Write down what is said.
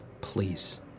Please